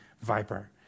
viper